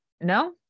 No